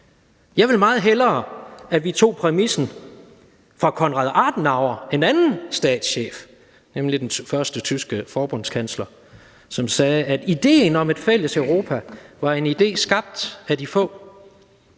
Jeg vil meget hellere have, at vi tager præmissen fra Konrad Adenauer, en anden statschef, nemlig den første tyske forbundskansler, som sagde, at ideen om det fælles Europa er en idé skabt af de få;